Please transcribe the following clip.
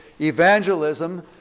evangelism